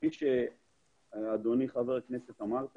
כפי שאדוני היושב-ראש אמר,